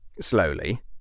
Slowly